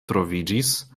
troviĝis